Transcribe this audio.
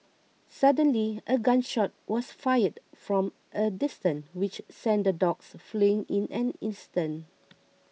suddenly a gun shot was fired from a distance which sent the dogs fleeing in an instant